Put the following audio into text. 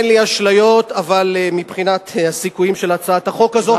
אין לי אשליות מבחינת הסיכויים של הצעת החוק הזאת,